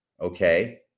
okay